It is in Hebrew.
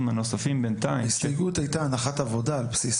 הנוספים בינתיים --- ההסתייגות הייתה הנחת עבודה על בסיס